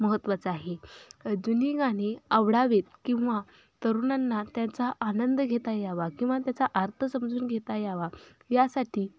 महत्वाचं आहे जुनी गाणी आवडावीत किंवा तरुणांना त्यांचा आनंद घेता यावा किंवा त्याचा अर्थ समजून घेता यावा यासाठी